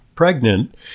pregnant